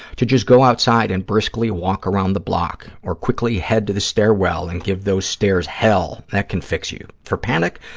to just go outside and briskly walk around the block or quickly head to the stairwell and give those stairs hell, that can fix you. for panic,